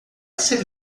ser